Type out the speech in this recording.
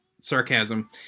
sarcasm